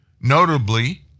Notably